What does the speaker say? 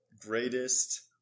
greatest